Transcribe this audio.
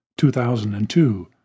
2002